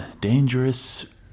dangerous